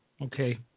okay